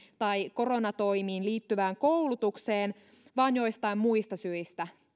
tai koronatoimiin liittyvään koulutukseen vaan joistain muista syistä